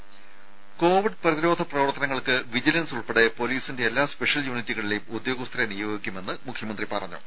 രുമ കോവിഡ് പ്രതിരോധ പ്രവർത്തനങ്ങൾക്ക് വിജിലൻസ് ഉൾപ്പെടെ പൊലീസിന്റെ എല്ലാ സ്പെഷ്യൽ യൂണിറ്റുകളിലെയും ഉദ്യോഗസ്ഥരെ നിയോഗിക്കുമെന്ന് മുഖ്യമന്ത്രി പിണറായി വിജയൻ പറഞ്ഞു